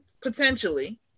potentially